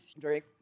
Drink